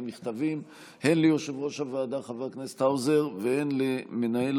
במכתבים הן ליושב-ראש הוועדה חבר הכנסת האוזר והן למנהל